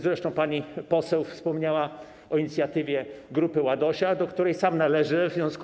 Zresztą pani poseł wspomniała o inicjatywie Grupy Ładosia, do której sam należę.